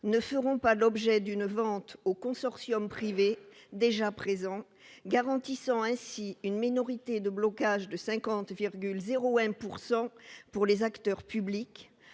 ne feront pas l'objet d'une vente au consortium privé déjà présent, garantissant ainsi une minorité de blocage de 50,01 % pour les acteurs publics-